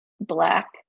Black